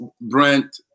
Brent